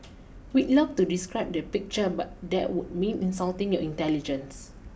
we'd love to describe the picture but that would mean insulting your intelligence